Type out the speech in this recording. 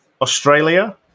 Australia